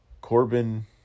Corbin